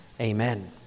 Amen